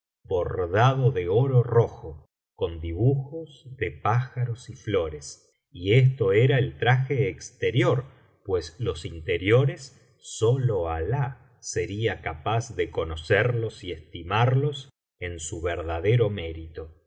xueeddin vi oro rojo con dibujos de pájaros y flores y esto era el traje exterior pues los interiores sólo alali sería capaz de conocerlos y estimarlos en su verdadero mérito